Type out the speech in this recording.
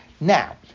Now